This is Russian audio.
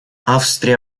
австрия